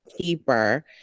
keeper